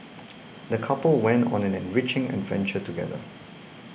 the couple went on an enriching adventure together